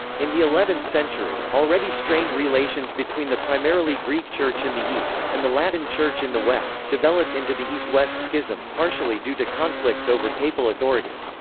in the eleventh century, already strained relations between the primarily greek church in the east, and the latin church in the west, developed into the east-west schism, partially due to conflicts over papal authority.